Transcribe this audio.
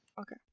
Okay